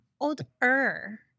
Older